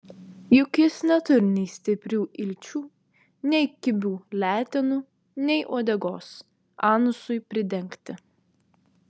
juk jis neturi nei stiprių ilčių nei kibių letenų nei uodegos anusui pridengti